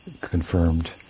confirmed